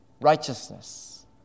righteousness